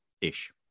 ish